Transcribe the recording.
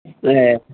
ए